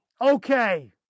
Okay